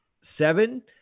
seven